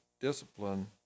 discipline